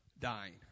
dying